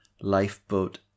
Lifeboat